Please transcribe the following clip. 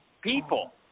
people